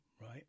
right